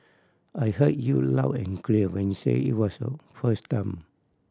I heard you loud and clear when you said it was a first time